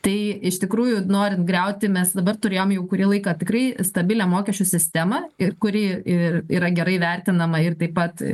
tai iš tikrųjų norint griauti mes dabar turėjom jau kurį laiką tikrai stabilią mokesčių sistemą ir kuri ir yra gerai vertinama ir taip pat